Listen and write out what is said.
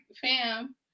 fam